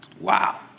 Wow